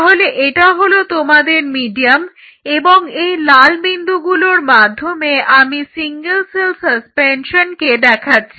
তাহলে এটা হলো তোমাদের মিডিয়াম এবং এই লাল বিন্দুগুলোর মাধ্যমে আমি সিঙ্গেল সেল সাসপেনশনকে দেখাচ্ছি